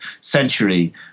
century